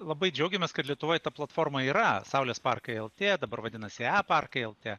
labai džiaugiamės kad lietuvoj ta platforma yra saulės parkai lt dabar vadinasi e parkai lt